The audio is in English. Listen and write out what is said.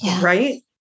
right